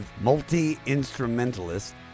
multi-instrumentalist